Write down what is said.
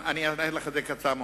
אני אענה לך מאוד בקיצור.